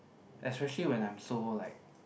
especially when I'm so like